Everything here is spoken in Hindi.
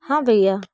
हाँ भैया